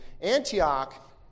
Antioch